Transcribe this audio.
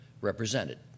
represented